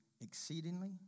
exceedingly